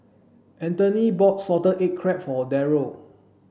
Anthoney bought salted egg crab for Derald